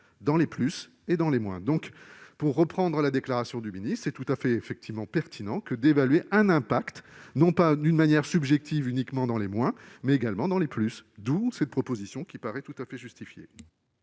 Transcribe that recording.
dans les « plus » et dans les « moins ». Pour reprendre la déclaration de M. le secrétaire d'État, il est tout à fait pertinent d'évaluer un impact non pas d'une manière subjective, uniquement dans les « moins », mais également dans les « plus »: d'où cette proposition qui paraît tout à fait justifiée.